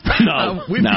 No